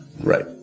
Right